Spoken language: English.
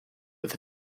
with